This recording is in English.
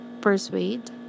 persuade